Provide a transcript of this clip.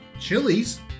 chilies